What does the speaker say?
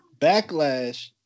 Backlash